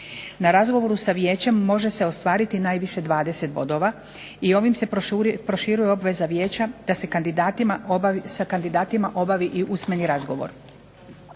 Na razgovoru sa Vijećem može se ostvariti najviše 20 bodova i ovime se proširuje obveza Vijeća da sa kandidatima obavi i usmeni razgovor.